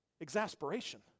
exasperation